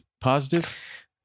positive